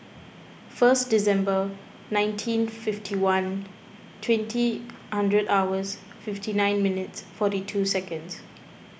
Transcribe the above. first December nineteen fifty one twenty andred hours fifty nine minutes forty two seconds